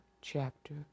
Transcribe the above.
Chapter